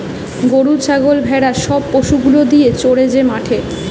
গরু ছাগল ভেড়া সব পশু গুলা গিয়ে চরে যে মাঠে